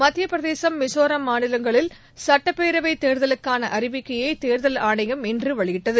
மத்தியபிரதேசும் மிசோரம் மாநிலங்களில் சுட்டப்பேரவை தேர்தலுக்கான அறிவிக்கையை தேர்தல் ஆணையம் இன்று வெளியிட்டது